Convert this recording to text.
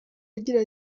agira